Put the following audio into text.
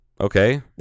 Okay